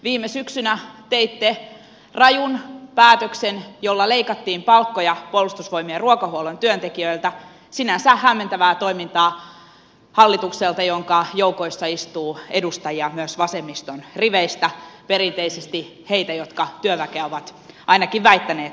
viime syksynä teitte rajun päätöksen jolla leikattiin palkkoja puolustusvoimien ruokahuollon työntekijöiltä sinänsä hämmentävää toimintaa hallitukselta jonka joukoissa istuu edustajia myös vasemmiston riveistä perinteisesti heitä jotka työväkeä ovat ainakin väittäneet puolustavansa